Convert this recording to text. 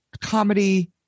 comedy